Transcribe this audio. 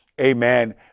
amen